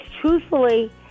truthfully